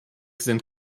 sind